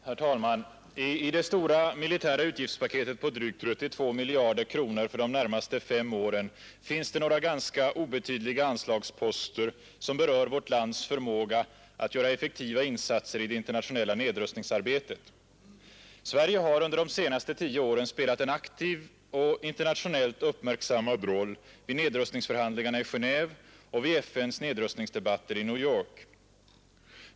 Herr talman! I det stora militära utgiftspaketet på drygt 32 miljarder kronor för de närmaste fem åren finns det några ganska obetydliga anslagsposter som berör vårt lands förmåga att göra effektiva insatser i det internationella nedrustningsarbetet. Sverige har under de senaste tio åren spelat en aktiv och internationellt uppmärksammad roll vid nedrustningsförhandlingarna i Genåve och vid FN:s nedrustningsdebatter i New York.